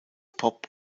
pop